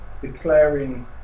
declaring